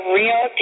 real